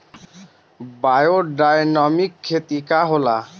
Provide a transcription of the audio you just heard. Biodynamic खेती का होला?